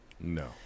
No